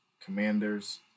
Commanders